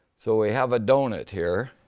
so we have a donut here.